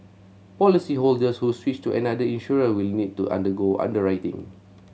policyholders who switch to another insurer will need to undergo underwriting